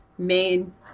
main